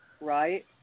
right